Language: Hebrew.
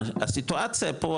הסיטואציה פה,